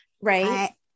right